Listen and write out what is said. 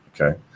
okay